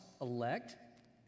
elect